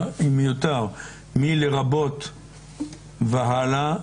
מ"לרבות והלאה".